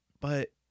But-